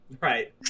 Right